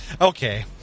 Okay